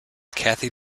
kathy